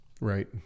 Right